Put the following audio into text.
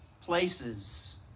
places